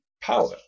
power